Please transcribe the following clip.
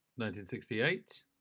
1968